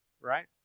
right